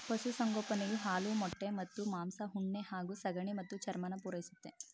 ಪಶುಸಂಗೋಪನೆಯು ಹಾಲು ಮೊಟ್ಟೆ ಮತ್ತು ಮಾಂಸ ಉಣ್ಣೆ ಹಾಗೂ ಸಗಣಿ ಮತ್ತು ಚರ್ಮನ ಪೂರೈಸುತ್ತೆ